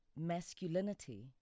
masculinity